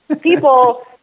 people